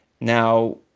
Now